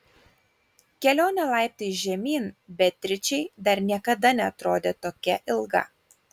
kelionė laiptais žemyn beatričei dar niekada neatrodė tokia ilga